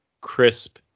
crisp